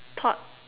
thought